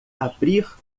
abrir